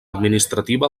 administrativa